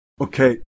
Okay